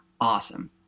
awesome